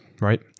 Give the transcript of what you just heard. right